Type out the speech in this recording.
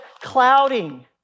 clouding